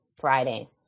Friday